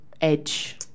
edge